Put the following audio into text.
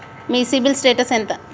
మీ CIBIL status ఎంత?